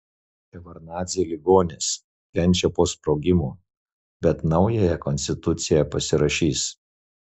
ševardnadzė ligonis kenčia po sprogimo bet naująją konstituciją pasirašys